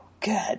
good